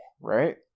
right